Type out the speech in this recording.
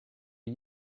are